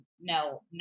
no